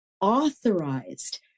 authorized